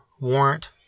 warrant